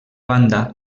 banda